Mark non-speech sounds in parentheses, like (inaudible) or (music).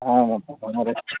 ஆ மொத்தம் (unintelligible)